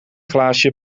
glaasje